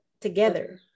together